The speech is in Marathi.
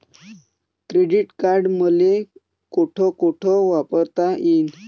क्रेडिट कार्ड मले कोठ कोठ वापरता येईन?